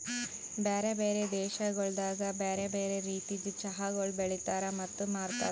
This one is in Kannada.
ಬ್ಯಾರೆ ಬ್ಯಾರೆ ದೇಶಗೊಳ್ದಾಗ್ ಬ್ಯಾರೆ ಬ್ಯಾರೆ ರೀತಿದ್ ಚಹಾಗೊಳ್ ಬೆಳಿತಾರ್ ಮತ್ತ ಮಾರ್ತಾರ್